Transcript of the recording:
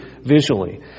visually